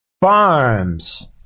farms